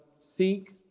seek